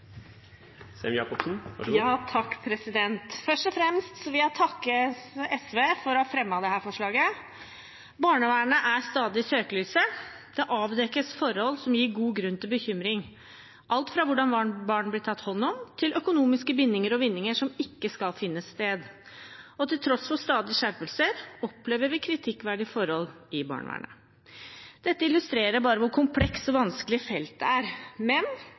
stadig i søkelyset. Det avdekkes forhold som gir god grunn til bekymring – alt fra hvordan barn blir tatt hånd om, til økonomiske bindinger og vinninger som ikke skal finne sted. Til tross for stadige skjerpelser opplever vi kritikkverdige forhold i barnevernet. Dette illustrerer hvor komplekst og vanskelig feltet er, men